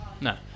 no